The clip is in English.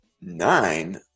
nine